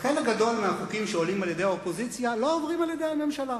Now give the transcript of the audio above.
חלק גדול מהחוקים שעולים על-ידי האופוזיציה לא עוברים בממשלה.